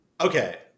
Okay